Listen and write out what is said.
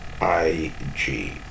IG